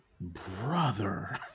Brother